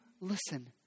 listen